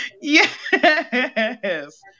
Yes